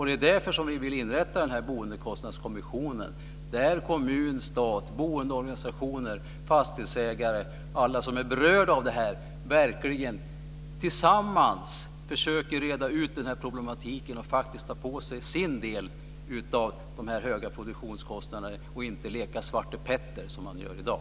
Det är därför vi vill inrätta den här boendekostnadskommissionen där kommun, stat, boendeorganisationer och fastighetsägare - alla som är berörda av det här - verkligen tillsammans försöker reda ut den här problematiken och faktiskt tar på sig sin del av de höga produktionskostnaderna, inte leker Svarte Petter som man gör i dag.